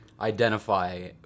identify